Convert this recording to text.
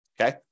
Okay